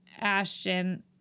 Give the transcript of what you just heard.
Ashton